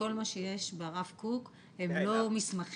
שכל מה שיש ברב קוק הם לא מסמכים